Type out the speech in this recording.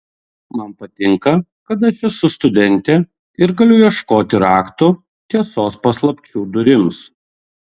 man patinka kad aš esu studentė ir galiu ieškoti raktų tiesos paslapčių durims